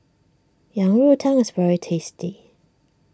Yang Rou Tang is very tasty